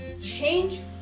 Change